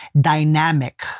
dynamic